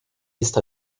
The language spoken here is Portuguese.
está